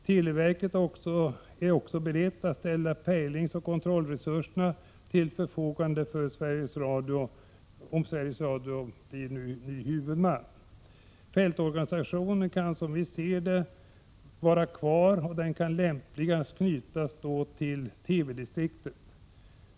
Televerket är också berett att ställa pejlingsoch kontrollresurser till förfogande för Sveriges Radio, om Sveriges Radio blir huvudman. Fältorganisationen kan, som vi ser det, vara kvar. Den kan lämpligast knytas till TV-distriktet.